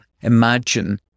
imagine